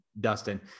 Dustin